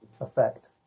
effect